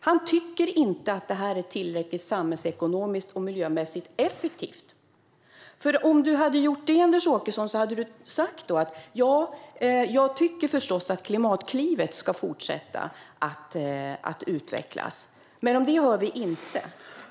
Han tycker inte att det är tillräckligt samhällsekonomiskt och miljömässigt effektivt, för om du hade gjort det, Anders Åkesson, skulle du ha sagt att du förstås tycker att Klimatklivet ska fortsätta att utvecklas. Men detta hör vi inte.